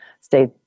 stay